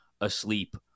asleep